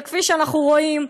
וכפי שאנחנו רואים,